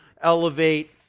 elevate